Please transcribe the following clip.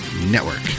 network